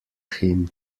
him